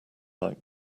like